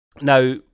Now